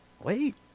Wait